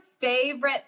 favorite